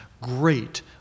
great